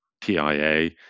TIA